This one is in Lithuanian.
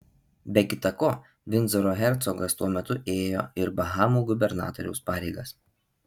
be kita ko vindzoro hercogas tuo metu ėjo ir bahamų gubernatoriaus pareigas